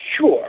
sure